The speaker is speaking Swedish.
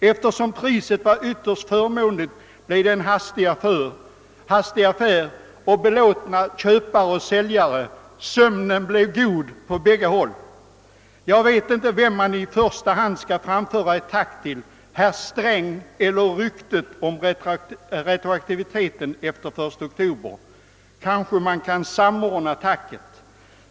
Eftersom priset var ytterst förmånligt blev det en snabb affär, där såväl säljaren som köparen kände belåtenhet — sömnen blev god på båda hållen. Jag vet inte vem man i första hand skall tacka — herr Sträng eller den som spred ryktet om att lagen skulle äga retroaktiv verkan från den 1 oktober. Kanske är det riktigast att samordna tacken.